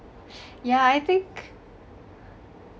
yeah I think